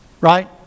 right